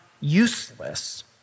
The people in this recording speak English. useless